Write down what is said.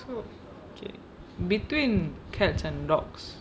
so okay between cats and dogs